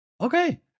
Okay